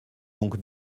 donc